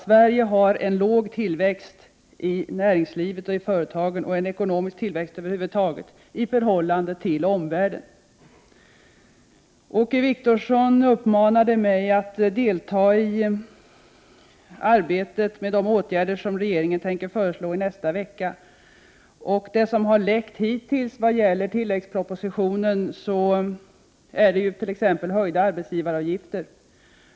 Sverige har en låg tillväxt i näringslivet och en låg ekonomisk tillväxt över taget i förhållande till omvärlden. Åke Wictorsson uppmanade mig att delta i arbetet med de åtgärder som regeringen har för avsikt att föreslå nästa vecka. Av vad som hittills läckt ut när det gäller tilläggspropositionen är det meningen att arbetsgivaravgifterna skall höjas.